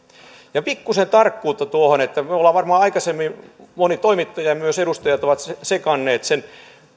ja pikkuisen tarkkuutta varmaan aikaisemmin moni toimittaja ja myös edustajat ovat tsekanneet